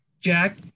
Jack